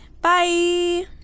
Bye